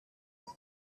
talk